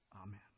Amen